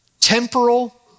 temporal